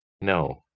No